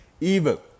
evil